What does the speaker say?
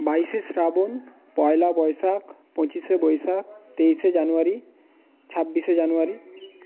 বাইশে শ্রাবণ পয়লা বৈশাখ পঁচিশে বৈশাখ তেইশে জানুয়ারি ছাব্বিশে জানুয়ারি